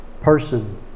Person